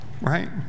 Right